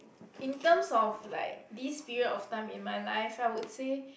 in terms of like this period of time in my life I would say